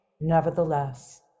nevertheless